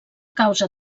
causa